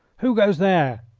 who goes there?